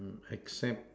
accept